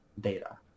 data